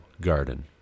garden